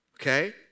okay